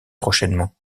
prochainement